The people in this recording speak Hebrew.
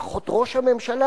לפחות ראש הממשלה,